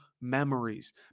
memories